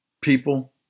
people